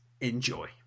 enjoy